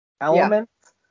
elements